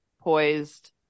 poised